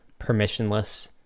permissionless